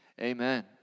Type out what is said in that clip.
amen